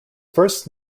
first